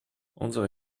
unsere